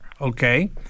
okay